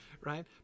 right